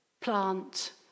plant